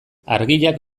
argiak